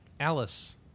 Alice